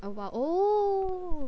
about oh